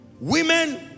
Women